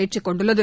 ஏற்றுக்கொண்டுள்ளது